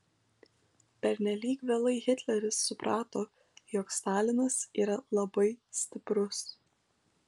pernelyg vėlai hitleris suprato jog stalinas yra labai stiprus